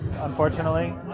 unfortunately